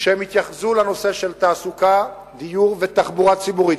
כשהם יתייחסו לתעסוקה, דיור ותחבורה ציבורית.